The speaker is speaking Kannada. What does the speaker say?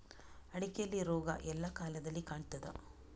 ಅಡಿಕೆಯಲ್ಲಿ ರೋಗ ಎಲ್ಲಾ ಕಾಲದಲ್ಲಿ ಕಾಣ್ತದ?